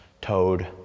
toad